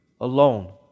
alone